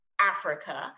Africa